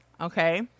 okay